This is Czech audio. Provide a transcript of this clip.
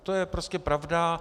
To je prostě pravda.